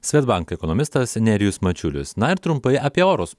swedbank ekonomistas nerijus mačiulis na ir trumpai apie orus